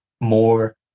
more